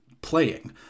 playing